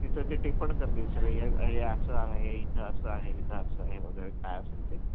तिथं ते टिपण करतील सगळी या हे असं आहे इथं असं आहे इथं असं आहे वगैरे काय असेल ते